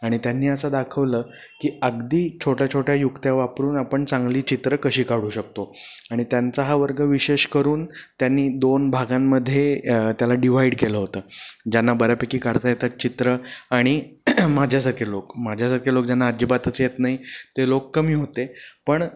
आणि त्यांनी असं दाखवलं की अगदी छोट्या छोट्या युक्त्या वापरून आपण चांगली चित्र कशी काढू शकतो आणि त्यांचा हा वर्ग विशेषकरून त्यांनी दोन भागांमध्ये त्याला डिव्हाईड केलं होतं ज्यांना बऱ्यापैकी काढता येतात चित्र आणि माझ्यासारखे लोक माझ्यासारखे लोक ज्यांना आजिबातच येत नाही ते लोक कमी होते पण